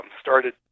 started